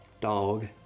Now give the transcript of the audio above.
dog